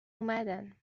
اومدن